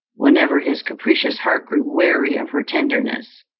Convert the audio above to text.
whenever his capricious heart grew weary of her tenderness.